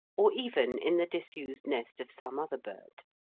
or even in the disused nest of some other bird.